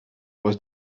was